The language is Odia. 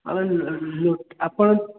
ମାନେ ଆପଣ